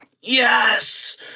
yes